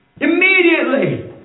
Immediately